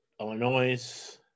Illinois